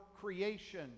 creation